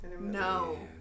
No